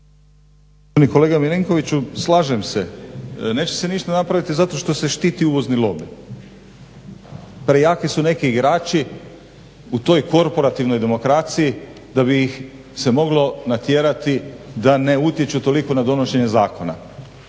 kolega Milinkoviću slažem se, neće se ništa napraviti zato što se štiti uvozni lobi. Prejaki su neki igrači u toj korporativnoj demokraciji da bi ih se moglo natjerati da ne utječu toliko na donošenje zakona.